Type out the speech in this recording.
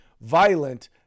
violent